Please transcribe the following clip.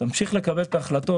שתמשיך לקבל את ההחלטות,